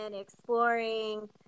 exploring